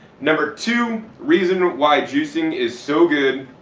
number two reason why juicing is so good,